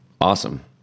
Awesome